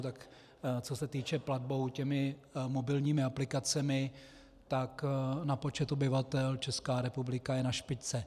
Tak co se týče platbou mobilními aplikacemi, tak na počet obyvatel Česká republika je na špičce.